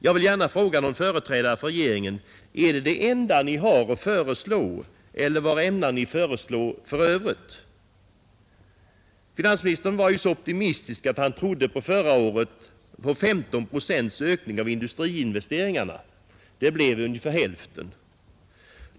Jag vill gärna fråga någon företrädare för regeringen: Är det det enda ni har att föreslå, eller vad ämnar ni föreslå för övrigt? Finansministern var så optimistisk att han trodde på 15 procents ökning av industriinvesteringarna under förra året — det blev ungefär hälften.